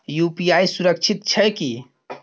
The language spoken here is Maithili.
यु.पी.आई सुरक्षित छै की?